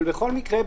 בכל מקרה,